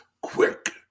quick